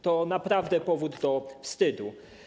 To naprawdę powód do wstydu.